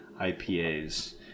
IPAs